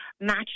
match